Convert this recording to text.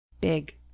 big